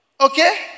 Okay